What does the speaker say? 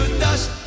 dust